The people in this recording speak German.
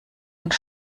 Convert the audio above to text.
und